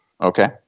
Okay